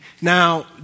Now